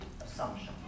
assumption